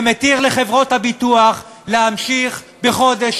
שמתיר לחברות הביטוח להמשיך בחודש